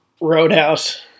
Roadhouse